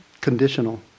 conditional